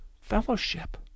Fellowship